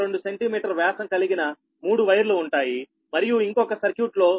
2 centimetre వ్యాసం కలిగిన 3 వైర్లు ఉంటాయి మరియు ఇంకొక సర్క్యూట్లో 0